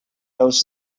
knows